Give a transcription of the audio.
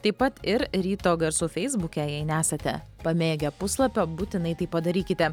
taip pat ir ryto garsų feisbuke jei nesate pamėgę puslapio būtinai tai padarykite